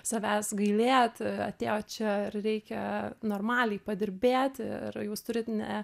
savęs gailėt atėjo čia reikia normaliai padirbėti ir jūs turit ne